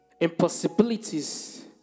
impossibilities